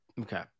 Okay